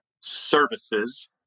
services